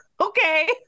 Okay